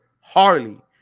Harley